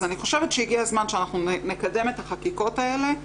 אז אני חושבת שהגיע הזמן שאנחנו נקדם את החקיקות האלה.